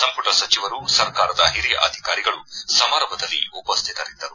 ಸಂಪುಟ ಸಚಿವರು ಸರ್ಕಾರದ ಹಿರಿಯ ಅಧಿಕಾರಿಗಳು ಸಮಾರಂಭದಲ್ಲಿ ಉಪಸ್ಥಿತರಿದ್ದರು